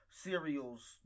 cereals